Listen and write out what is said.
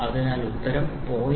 അതിനാൽ ഉത്തരം 0